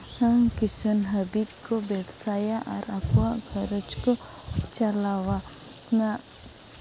ᱢᱟᱨᱟᱝ ᱠᱤᱥᱟᱹᱱ ᱦᱟᱹᱵᱤᱡ ᱠᱚ ᱵᱮᱵᱽᱥᱟᱭᱟ ᱟᱨ ᱟᱠᱚᱣᱟᱜ ᱜᱷᱟᱨᱚᱸᱡᱽ ᱠᱚ ᱪᱟᱞᱟᱣᱟ ᱚᱱᱟ